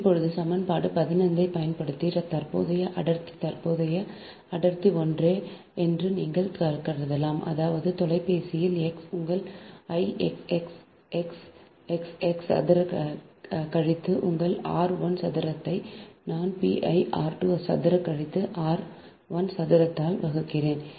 இப்போது சமன்பாடு 15 ஐப் பயன்படுத்தி தற்போதைய அடர்த்தி தற்போதைய அடர்த்தி ஒன்றே என்று நாங்கள் கருதுகிறோம் அதாவது தொலைவில் x உங்கள் I x x x x x சதுர கழித்து உங்கள் r 1 சதுரத்தை நான் pi r 2 சதுர கழித்து r 1 சதுரத்தால் வகுக்கிறேன்